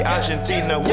Argentina